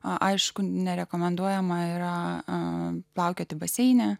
aišku nerekomenduojama ir a plaukioti baseine